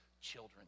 children